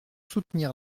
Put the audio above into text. soutenir